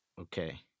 Okay